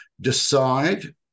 decide